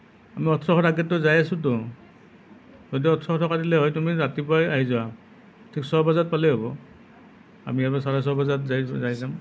মই ওঠৰশ টকাতে যাই আছোঁতো যদি ওঠৰশ টকা দিলে হয় তুমি ৰাতিপুৱাই আহি যোৱা ঠিক ছয় বজাত পালেই হ'ব আমি আৰু চাৰে ছয় বজাত